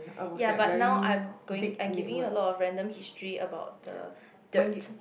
ya but now I'm going I am giving you a lot of random history about the dirt